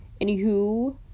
Anywho